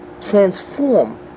transform